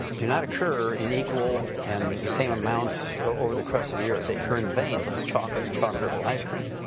do not occur in equal and the same amounts over the crust of the earth. they occur in veins, like chocolate and chocolate ripple ice cream.